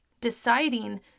deciding